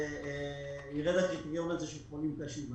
ירד הקריטריון הזה של חולים קשים.